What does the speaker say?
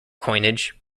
coinage